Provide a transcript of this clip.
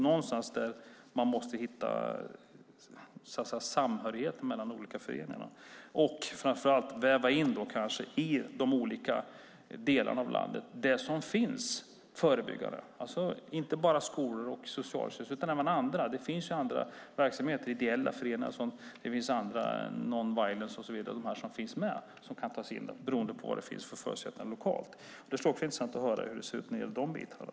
Någonstans där måste man hitta samhörigheten mellan olika föreningar och framför allt väva in det som finns av förebyggande arbete i de olika delarna av landet, inte bara skolor och socialtjänst utan även andra. Det finns ju andra verksamheter, ideella föreningar och sådant. Vi har Nonviolence och så vidare. De finns med och kan tas in beroende på vad det finns för förutsättningar lokalt. Det skulle också vara intressant att höra hur det ser ut när det gäller de bitarna.